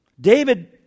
David